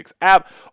app